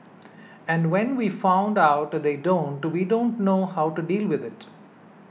and when we found out they don't we don't know how to deal with it